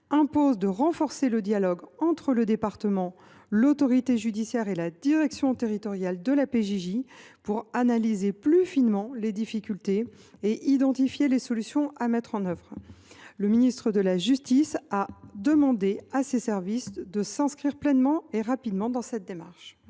impose que l’on renforce le dialogue entre le département, l’autorité judiciaire et la direction territoriale de la PJJ, pour analyser plus finement les difficultés et identifier les solutions à mettre en œuvre. Le ministre de la justice a demandé à ses services de s’inscrire pleinement et rapidement dans cette démarche.